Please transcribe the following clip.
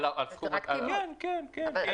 כן, כן.